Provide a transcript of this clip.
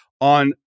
on